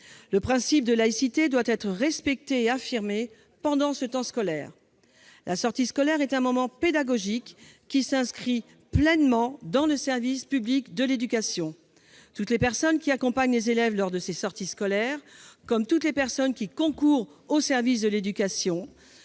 Le principe de laïcité doit être respecté et affirmé pendant ce temps scolaire. La sortie scolaire est un moment pédagogique qui s'inscrit pleinement dans le service public de l'éducation. Les personnes qui accompagnent les élèves lors des sorties scolaires, comme toutes celles qui concourent au service de l'éducation,